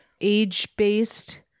age-based